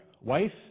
wife